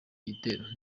gitero